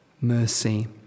mercy